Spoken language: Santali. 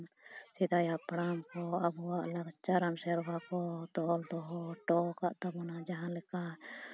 ᱥᱮᱫᱟᱭ ᱦᱟᱯᱲᱟᱢ ᱠᱚ ᱟᱵᱚᱣᱟᱜ ᱞᱟᱠᱪᱟᱨᱟᱱ ᱥᱮᱨᱣᱟ ᱠᱚ ᱫᱚᱦᱚ ᱦᱚᱴᱚ ᱠᱟᱜ ᱛᱟᱵᱚᱱᱟ ᱡᱟᱦᱟᱸ ᱞᱮᱠᱟ